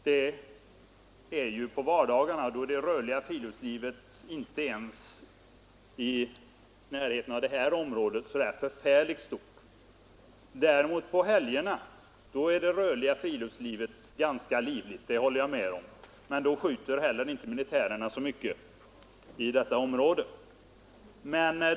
Detta sker alltså på vardagarna, och då är det rörliga friluftslivet inte ens i närheten av det här området särskilt stort. På helgerna däremot är det rörliga friluftslivet ganska livligt, det håller jag med om. Men då skjuter inte heller militärerna så mycket inom detta område.